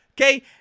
okay